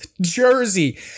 Jersey